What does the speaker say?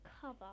cover